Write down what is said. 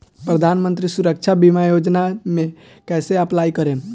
प्रधानमंत्री सुरक्षा बीमा योजना मे कैसे अप्लाई करेम?